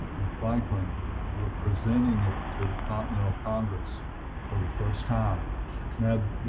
and franklin were presenting it to the continental congress for the first time now